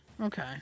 Okay